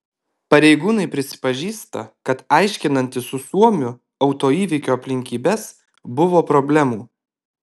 pareigūnai prisipažįsta kad aiškinantis su suomiu autoįvykio aplinkybes buvo problemų